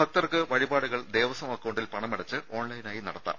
ഭക്തർക്ക് വഴിപാടുകൾ ദേവസ്വം അക്കൌണ്ടിൽ പണമടച്ച് ഓൺലൈനായി നടത്താം